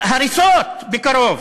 הריסות בקרוב.